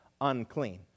unclean